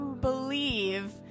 believe